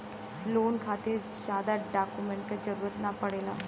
loan खातिर जादा document क जरुरत न पड़ेला